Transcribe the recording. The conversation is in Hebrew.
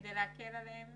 כדי להקל עליהם